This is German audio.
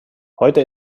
heute